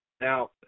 Now